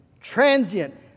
transient